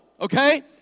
Okay